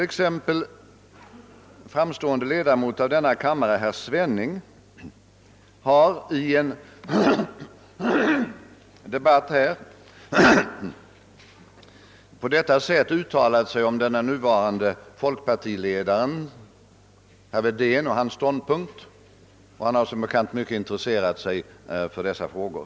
En framstående ledamot av denna kammare, herr Svenning, har i en riksdags debatt uttalat sig om den nuvarande folkpartiledaren, herr Wedén, och hans ståndpunkt; han har som bekant mycket intresserat sig för dessa frågor.